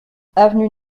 avenue